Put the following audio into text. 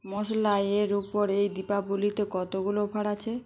মশলা এর ওপর এই দীপাবলিতে কতগুলো অফার আছে